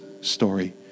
story